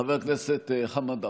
חבר הכנסת חמד עמאר,